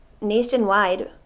nationwide